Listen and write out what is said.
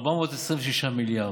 426 מיליארד.